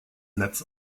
netz